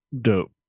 dope